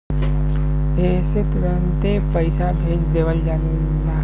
एह से तुरन्ते पइसा भेज देवल जाला